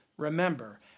Remember